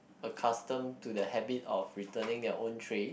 accustomed to the habit of returning their own tray